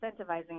incentivizing